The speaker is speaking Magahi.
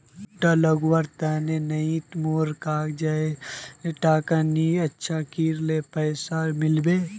भुट्टा लगवार तने नई मोर काजाए टका नि अच्छा की करले पैसा मिलबे?